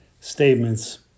statements